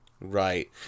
Right